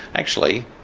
actually,